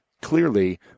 clearly